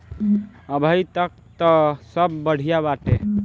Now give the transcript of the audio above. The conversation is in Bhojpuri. अबहीं तक त सब बढ़िया बाटे